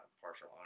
partial